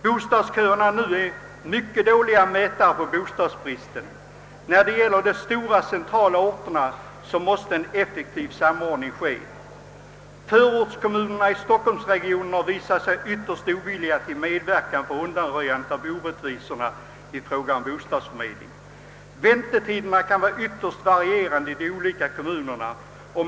Bostadsköerna är nu mycket dåliga mätare på bostadsbristen. För de stora, centrala orterna måste en effektiv samordning ske. Förortskommunerna i stockholmsregionen har visat sig ytterst ovilliga att medverka till undanröjande av orättvisorna vid bostadsförmedlingen. Väntetiderna kan vara ytterst varierande i de olika kommunerna.